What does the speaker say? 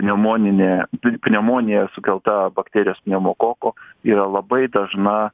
pneumoninė p pneumonija sukelta bakterijos pneumokoko yra labai dažna